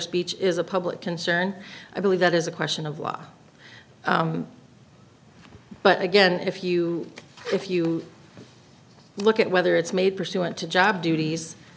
speech is a public concern i believe that is a question of law but again if you if you look at whether it's made pursuant to job duties